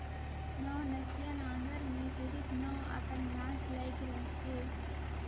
नवनसिया नांगर मे सिरिप नव अकन नास लइग रहथे